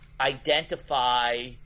identify